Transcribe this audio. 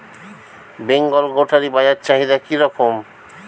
বেঙ্গল গোটারি বাজার চাহিদা কি রকম?